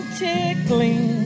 tickling